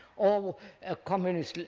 or a communist,